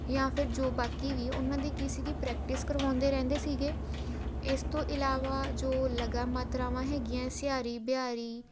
ਜਾਂ ਫਿਰ ਜੋ ਬਾਕੀ ਵੀ ਉਹਨਾਂ ਦੇ ਕੀ ਸੀਗੀ ਪ੍ਰੈਕਟਿਸ ਕਰਵਾਉਂਦੇ ਰਹਿੰਦੇ ਸੀਗੇ ਇਸ ਤੋਂ ਇਲਾਵਾ ਜੋ ਲਗਾ ਮਾਤਰਾਵਾਂ ਹੈਗੀਆਂ ਸਿਹਾਰੀ ਬਿਹਾਰੀ